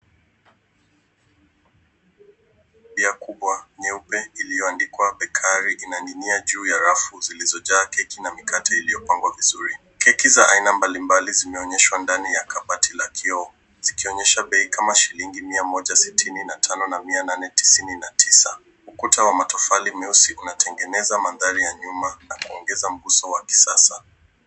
Vya kubwa nyeupe iliyoandikwa bekari inaninginia juu ya rafu zilizojaa keki na mikate iliyopangwa vizuri. Keki za aina mbali mbali zmeonyeshwa ndani la kabati la kioo zikionyesha bei kama mia moja sitini na mia nane sitini na tisa. Ukuta wa matofali meusi unatengeneza mandhari ya nyuma na kuongeza nguzo wa kisasa.